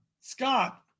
Scott